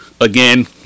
again